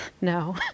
No